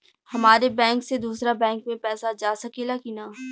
हमारे बैंक से दूसरा बैंक में पैसा जा सकेला की ना?